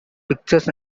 pictures